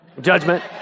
judgment